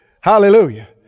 Hallelujah